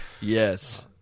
Yes